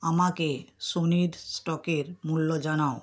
আমাকে সোনির স্টকের মূল্য জানাও